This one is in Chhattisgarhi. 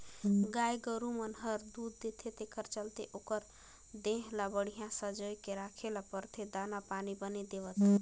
गाय गोरु मन हर दूद देथे तेखर चलते ओखर देह ल बड़िहा संजोए के राखे ल परथे दाना पानी बने देवत